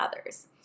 others